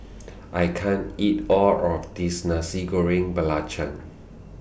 I can't eat All of This Nasi Goreng Belacan